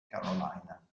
carolina